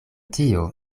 tio